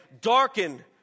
darken